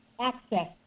access